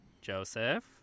Joseph